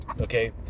okay